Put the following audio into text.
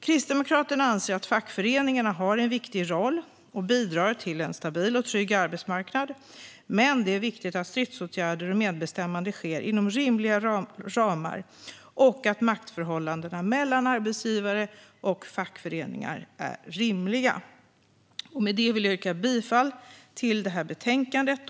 Kristdemokraterna anser att fackföreningarna har en viktig roll och bidrar till en stabil och trygg arbetsmarknad men att det är viktigt att stridsåtgärder och medbestämmande sker inom rimliga ramar och att maktförhållandena mellan arbetsgivare och fackföreningar är rimliga. Med det vill jag yrka bifall till förslaget i betänkandet.